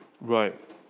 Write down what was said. Right